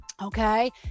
Okay